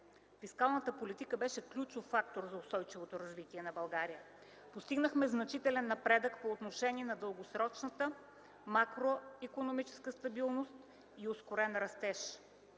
фискалната политика беше ключов фактор за устойчивото развитие на България. Постигнахме значителен напредък по отношение на дългосрочната макроикономическа стабилност и ускорен растеж;